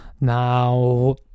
Now